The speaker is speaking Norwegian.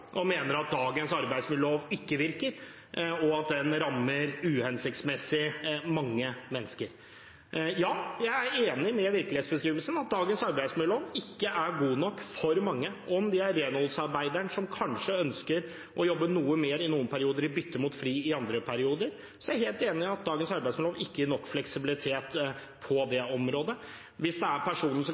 og mener at dagens arbeidsmiljølov ikke virker, og at den rammer uhensiktsmessig mange mennesker. Ja, jeg er enig i virkelighetsbeskrivelsen om at dagens arbeidsmiljølov ikke er god nok for mange, om det er renholdsarbeideren som kanskje ønsker å jobbe noe mer i noen perioder i bytte mot fri i andre perioder. Så jeg er helt enig i at dagens arbeidsmiljølov ikke gir nok fleksibilitet på det området. Hvis det er personer, f.eks. en student eller en annen, som